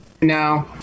No